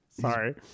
sorry